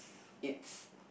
it's